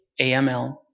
AML